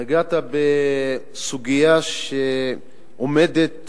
נגעת בסוגיה שעומדת